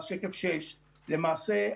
למעשה,